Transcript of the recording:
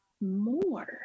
more